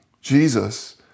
jesus